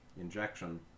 injection